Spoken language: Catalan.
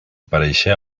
pareixia